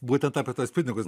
būtent apie tuos pinigus